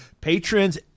patrons